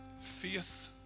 Faith